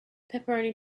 pepperoni